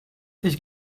ich